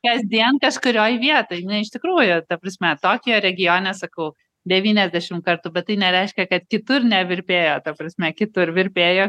kasdien kažkurioj vietoj nu iš tikrųjų ta prasme tokijo regione sakau devyniasdešimt kartų bet tai nereiškia kad kitur nevirpėjo ta prasme kitur virpėjo